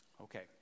Okay